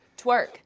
Twerk